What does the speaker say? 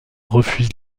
refuse